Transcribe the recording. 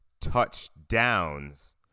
touchdowns